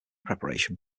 preparation